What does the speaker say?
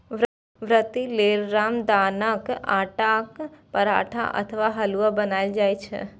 व्रती लेल रामदानाक आटाक पराठा अथवा हलुआ बनाएल जाइ छै